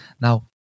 Now